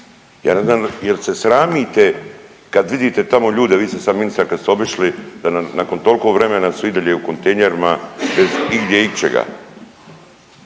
Ja ne znam jel' se sramite kad vidite tamo ljude, vi ste sad ministar, kad ste obišli da nam nakon toliko vremena su i dalje u kontejnerima bez igdje ičega.